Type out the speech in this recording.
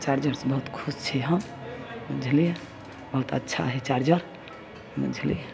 चार्जरसँ बहुत खुश छी हम बुझलिए बहुत अच्छा हइ चार्जर बुझलिए